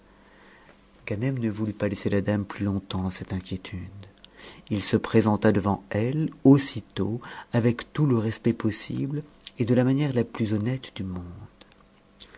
ganem ne voulut pas laisser la dame plus longtemps dans cette inquiétude il se présenta devant elle aussitôt avec tout le respect possible et de la manière la plus honnête du monde